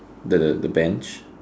the the the bench